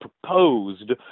proposed